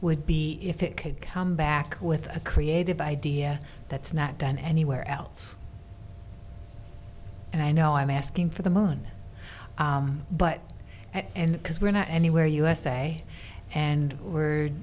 would be if it could come back with a creative idea that's not done anywhere else and i know i'm asking for the moon but at end because we're not anywhere usa and we're